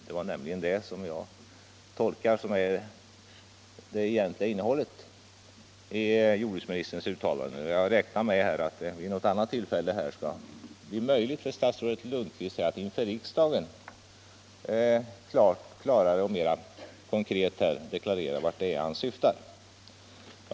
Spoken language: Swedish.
Det är nämligen det jag tolkar som det egentliga innehållet i jordbruksministerns uttalande. Jag räknar med att det vid något annat tillfälle skall bli möjligt för statsrådet Lundkvist att inför riksdagen klarare och mer konkret deklarera vart han syftar.